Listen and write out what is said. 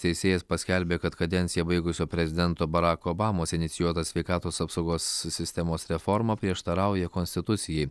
teisėjas paskelbė kad kadenciją baigusio prezidento barako obamos inicijuota sveikatos apsaugos sistemos reforma prieštarauja konstitucijai